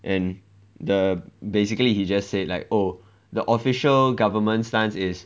and the basically he just said like oh the official government stance is